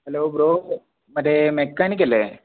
hello bro മറ്റേ mechanic അല്ലേ